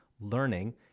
learning